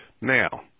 Now